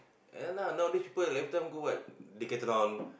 ya lah nowadays people every time go what decathlon